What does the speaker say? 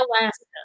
Alaska